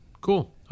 cool